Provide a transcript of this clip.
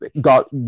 Got